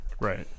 Right